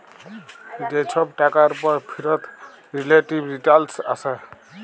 যে ছব টাকার উপর ফিরত রিলেটিভ রিটারল্স আসে